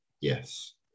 yes